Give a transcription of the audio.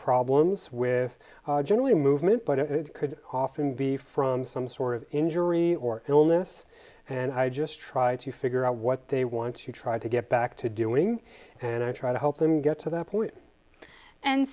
problems with generally movement but it could often be from some sort of injury or illness and i just try to figure out what they want to try to get back to doing and i try to help them get to that point and